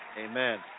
Amen